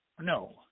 No